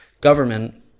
government